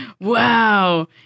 Wow